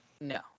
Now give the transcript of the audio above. No